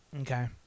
Okay